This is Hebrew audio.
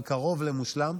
אבל קרוב למושלם.